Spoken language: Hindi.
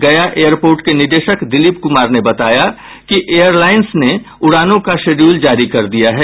गया एयरपोर्ट के निदेशक दिलीप कुमार ने बताया कि एयरलाइंस ने उड़ानो का शेड्यूल जारी कर दिया है